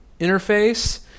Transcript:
interface